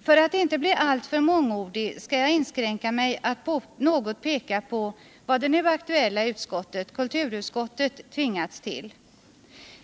För att inte bli alltför mångordig skall jag inskränka mig till att peka på vad det nu aktuella utskottet, kulturutskottet, tvingas till.